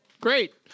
great